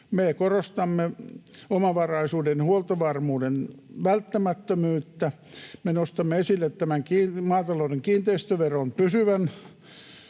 Me korostamme omavaraisuuden ja huoltovarmuuden välttämättömyyttä. Me nostamme esille tämän maatalouden kiinteistöveron pysyvän